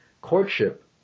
courtship